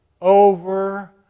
over